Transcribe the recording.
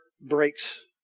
breaks